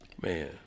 Man